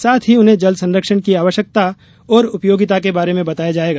साथ ही उन्हे जल संरक्षण की आवश्यकता और उपयोगिता के बारे में बताया जायेगा